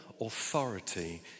authority